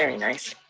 ah nice.